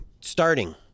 starting